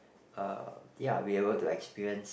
uh ya be able to experience